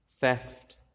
theft